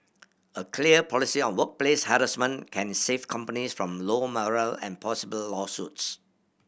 a clear policy on workplace harassment can save companies from low morale and possibly lawsuits